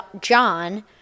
John